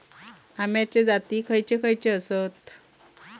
अम्याचे जाती खयचे खयचे आसत?